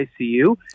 ICU